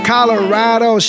Colorado